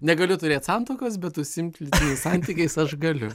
negaliu turėt santuokos bet užsiimt lytiniais santykiais aš galiu